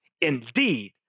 indeed